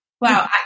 Wow